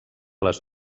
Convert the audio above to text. les